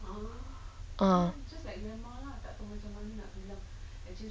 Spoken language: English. ah